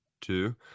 two